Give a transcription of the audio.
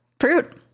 fruit